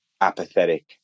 apathetic